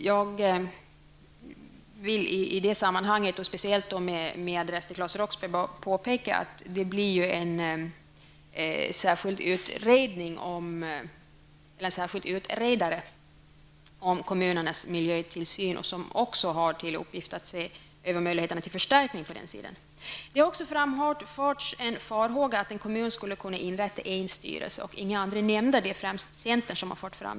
Jag vill då nämna, eftersom Claes Roxbergh tog upp detta, att en särskild utredare tillsätts med uppgift att se över kommunernas miljötillsyn och även att se över möjligheterna till en förstärkning av densamma. Det har också framförts farhågor för att en kommun skulle kunna inrätta en styrelse och inga nämnder. Detta har främst framförts av centern.